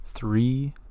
Three